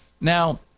Now